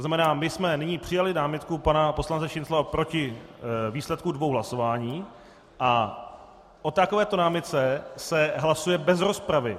To znamená: My jsme nyní přijali námitku pana poslance Šincla proti výsledku dvou hlasování a o takovéto námitce se hlasuje bez rozpravy.